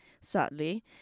sadly